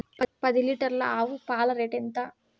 పది లీటర్ల ఆవు పాల రేటు ఎంత?